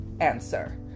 answer